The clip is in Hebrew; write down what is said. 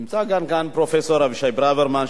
נמצא גם כאן פרופסור אבישי ברוורמן,